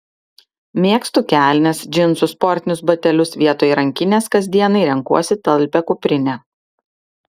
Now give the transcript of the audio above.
mėgstu kelnes džinsus sportinius batelius vietoj rankinės kasdienai renkuosi talpią kuprinę